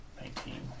Nineteen